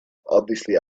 obviously